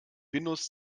windows